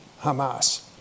Hamas